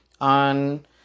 on